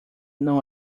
know